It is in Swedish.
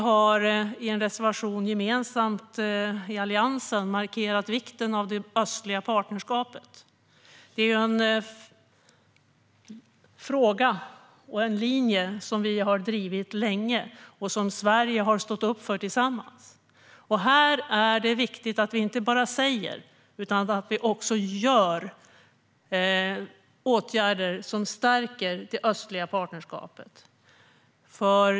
I en alliansgemensam reservation har vi markerat vikten av det östliga partnerskapet. Det är en linje som vi har drivit länge och som Sverige tillsammans har stått upp för. Här är det viktigt att vi inte bara pratar utan att vi också vidtar åtgärder som stärker det östliga partnerskapet.